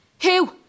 Who